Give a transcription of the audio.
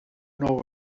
nou